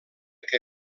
que